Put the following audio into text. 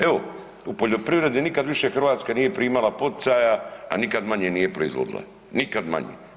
Evo, u poljoprivredi nikad više Hrvatska nije primala poticaja, a nikad manje nije proizvodila, nikad manje.